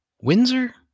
Windsor